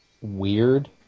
weird